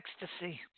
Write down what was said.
ecstasy